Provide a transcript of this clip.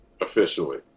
officially